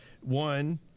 one